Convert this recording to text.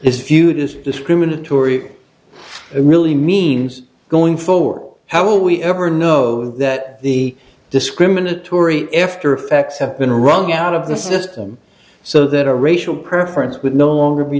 it's viewed as discriminatory really means going forward how will we ever know that the discriminatory after effects have been wrung out of the system so that a racial preference would no longer be